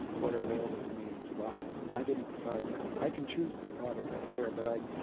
what are available to me to buy. i didn't decide that. i can choose the product that's there, but i